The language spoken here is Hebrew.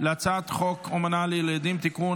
על הצעת חוק אומנה לילדים (תיקון,